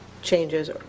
changes